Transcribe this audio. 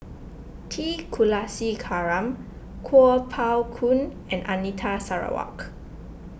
T Kulasekaram Kuo Pao Kun and Anita Sarawak